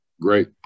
Great